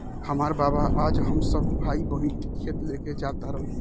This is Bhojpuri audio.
हामार बाबा आज हम सब भाई बहिन के खेत लेके जा तारन